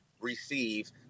receive